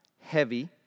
heavy